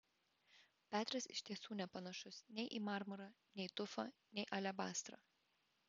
petras iš tiesų nepanašus nei į marmurą nei tufą nei alebastrą